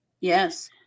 Yes